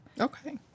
Okay